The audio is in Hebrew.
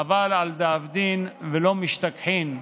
חבל על דאבדין ולא משתכחין.